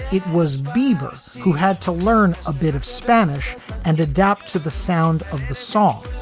it was biebers who had to learn a bit of spanish and adapt to the sound of the song.